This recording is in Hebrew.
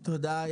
תודה,